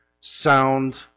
sound